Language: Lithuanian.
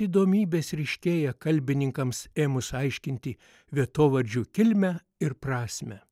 įdomybės ryškėja kalbininkams ėmus aiškinti vietovardžių kilmę ir prasmę